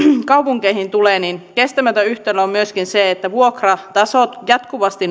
kaupunkeihin tulee kestämätön yhtälö on myöskin se että vuokratasot jatkuvasti